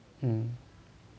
mm